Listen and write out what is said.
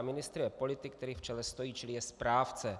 Ministr je politik, který v čele stojí, čili je správce.